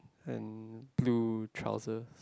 and blue trouser